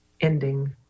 ending